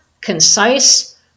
concise